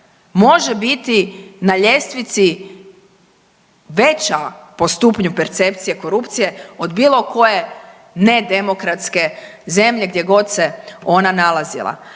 može biti na ljestvici veća po stupnju percepcije korupcije od bilo koje nedemokratske zemlje gdje god se ona nalazila,